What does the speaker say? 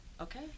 Okay